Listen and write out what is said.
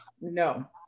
no